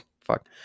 fuck